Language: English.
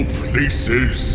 places